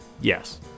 Yes